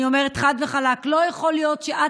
אני אומרת חד וחלק שלא יכול להיות שאת,